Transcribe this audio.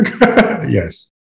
Yes